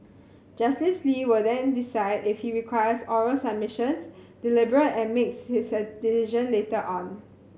Justice Lee will then decide if he requires oral submissions deliberate and makes his decision later on